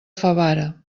favara